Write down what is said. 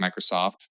Microsoft